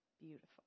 Beautiful